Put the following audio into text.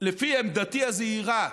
לפי עמדתי הזהירה,